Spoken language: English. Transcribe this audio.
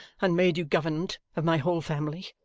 and made you governant of my whole family.